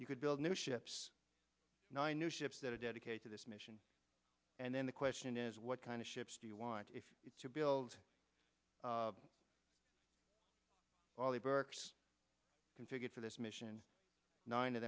you could build new ships nine new ships that are dedicated to this mission and then the question is what kind of ships do you want to build all the burkes configured for this mission nine of